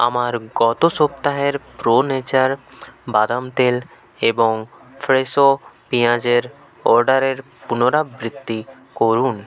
আমার গত সপ্তাহের প্রো নেচার বাদাম তেল এবং ফ্রেশো পেঁয়াজের অর্ডারের পুনরাবৃত্তি করুন